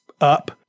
up